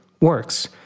works